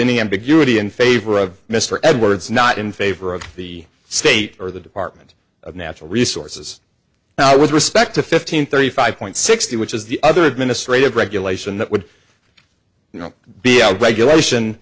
the ambiguity in favor of mr edwards not in favor of the state or the department of natural resources with respect to fifteen thirty five point six which is the other administrative regulation that would be regulation